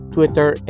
Twitter